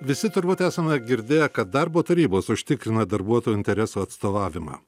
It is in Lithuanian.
visi turbūt esame girdėję kad darbo tarybos užtikrina darbuotojų interesų atstovavimą